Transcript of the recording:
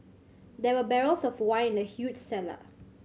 there were barrels of wine in the huge cellar